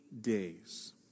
days